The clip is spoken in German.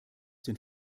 den